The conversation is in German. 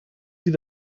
sie